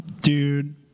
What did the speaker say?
Dude